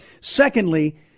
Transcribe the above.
Secondly